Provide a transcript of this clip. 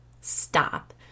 Stop